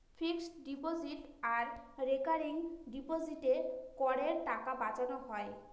fixed deposit আর recurring ডিপোজিটে করের টাকা বাঁচানো হয়